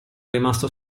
rimasto